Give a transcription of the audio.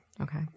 Okay